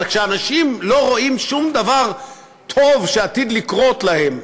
אבל כשאנשים לא רואים שום דבר טוב שעתיד לקרות להם,